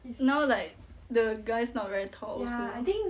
it's now like the guys not very tall also